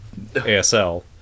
asl